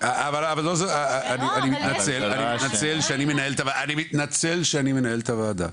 אוקיי -- אני מתנצל שאני מנהל את הוועדה.